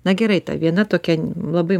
na gerai ta viena tokia labai